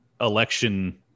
election